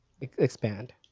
expand